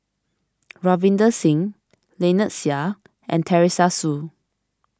Ravinder Singh Lynnette Seah and Teresa Hsu